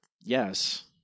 yes